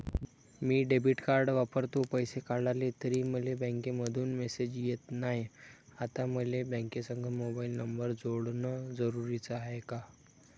मी debit card वापरतो, पैसे काढले तरी मले बँकेमंधून मेसेज येत नाय, आता मले बँकेसंग मोबाईल नंबर जोडन जरुरीच हाय का?